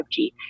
5G